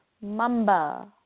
Mamba